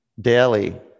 daily